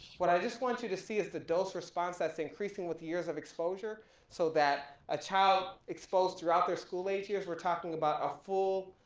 what i just want you to see is the dose response that's increasing with years of exposure so that a child exposed throughout their school age years, we're talking about a full